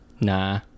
nah